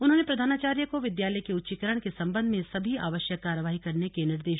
उन्होंने प्रधानाचार्य को विद्यालय के उच्चीकरण के संबंध में सभी आवश्यक कार्यवाही करने के निर्देश